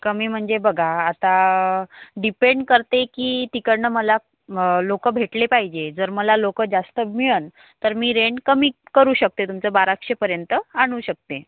कमी म्हणजे बघा आता डिपेंड करते की तिकडनं मला लोक भेटले पाहिजे जर मला लोकं जास्त मिळेन तर मी रेंट कमी करू शकते तुमचं बाराशेपर्यंत आणू शकते